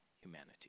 humanity